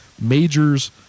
majors